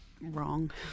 wrong